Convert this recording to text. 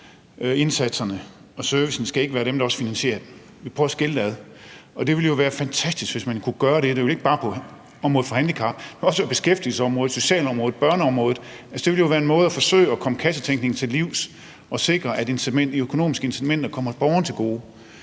indsatsen og servicen, ikke også skal være dem, der finansierer det. Vi prøver at skille det ad. Og det ville jo være fantastisk, hvis man kunne gøre det, ikke bare på området for handicap, men også på beskæftigelsesområdet, socialområdet, børneområdet. Altså, det ville jo være en måde at forsøge at komme kassetænkningen til livs på for at sikre, at de økonomiske incitamenter kommer borgerne til gode.